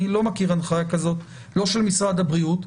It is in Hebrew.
אני לא מכיר הנחיה כזאת לא של משרד הבריאות,